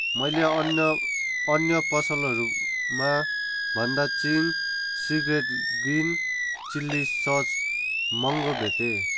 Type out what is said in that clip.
मैले अन्य अन्य पसलहरूमाभन्दा Ching's secret green chilli sauce महँगो भेटेँ